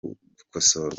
gukosorwa